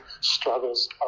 struggles